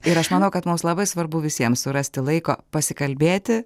ir aš manau kad mums labai svarbu visiems surasti laiko pasikalbėti